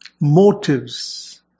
motives